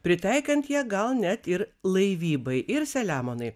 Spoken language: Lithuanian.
pritaikant ją gal net ir laivybai ir selemonai